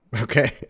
Okay